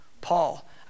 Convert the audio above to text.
Paul